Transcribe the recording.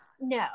no